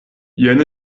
jen